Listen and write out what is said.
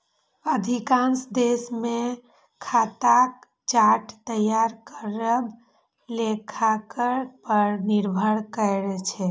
अधिकांश देश मे खाताक चार्ट तैयार करब लेखाकार पर निर्भर करै छै